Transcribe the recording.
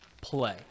play